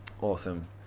Awesome